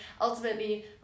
ultimately